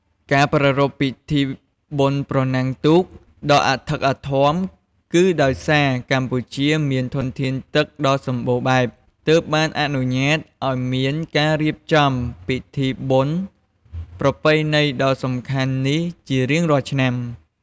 ការប្រារព្ធពិធីបុណ្យប្រណាំងទូកដ៏អធិកអធមគឺដោយសារកម្ពុជាមានធនធានទឹកដ៏សម្បូរបែប ទើបបានអនុញ្ញាតឱ្យមានការរៀបចំពិធីបុណ្យប្រពៃណីដ៏សំខាន់នេះជារៀងរាល់ឆ្នាំ។